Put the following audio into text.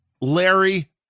Larry